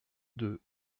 deux